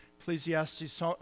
Ecclesiastes